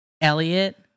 elliot